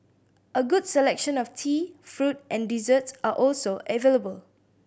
a good selection of tea fruit and desserts are also available